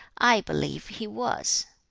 i believe he was